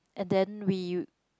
and then we